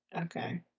Okay